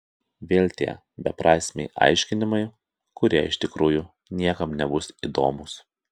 vėl tie beprasmiai aiškinimai kurie iš tikrųjų niekam nebus įdomūs